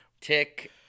Tick